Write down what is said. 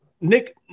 Nick